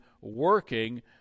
working